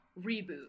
reboot